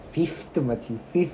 fifth மச்சி:machi fifth